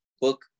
book